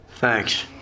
Thanks